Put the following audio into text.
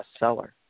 bestseller